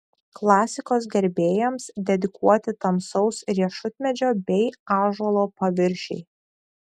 klasikos gerbėjams dedikuoti tamsaus riešutmedžio bei ąžuolo paviršiai